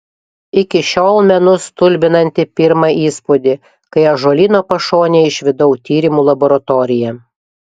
iki šiol menu stulbinantį pirmą įspūdį kai ąžuolyno pašonėje išvydau tyrimų laboratoriją